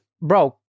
bro